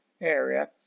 area